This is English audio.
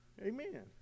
Amen